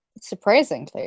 Surprisingly